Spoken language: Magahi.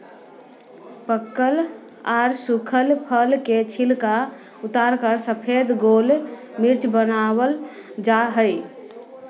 पकल आर सुखल फल के छिलका उतारकर सफेद गोल मिर्च वनावल जा हई